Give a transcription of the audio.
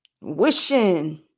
Wishing